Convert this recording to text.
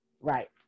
right